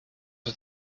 het